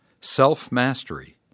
self-mastery